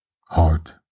Heart